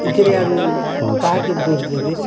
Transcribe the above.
ଇଥିରେ ଆାରୁ କାହାକେ ଦୋଶ୍ ଦେବି